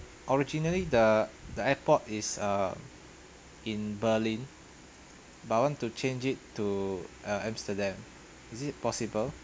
originally the the airport is uh in berlin but I want to change it to uh amsterdam is it possible